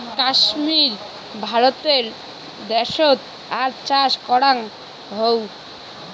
কাশ্মীর ভারতে দ্যাশোত আর চাষ করাং হউ